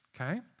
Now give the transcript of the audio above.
okay